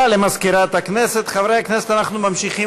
מצוקת